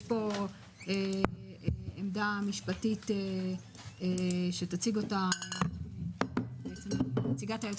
יש פה עמדה משפטית שתציג אותה נציגת היועץ